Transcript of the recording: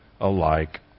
alike